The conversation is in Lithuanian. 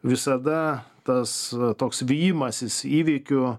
visada tas toks vijimasis įveikiu